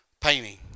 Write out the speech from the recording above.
painting